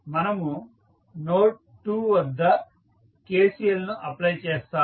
మనము నోడ్ 2 వద్ద KCLను అప్లై చేస్తాము